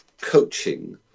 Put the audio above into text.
coaching